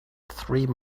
three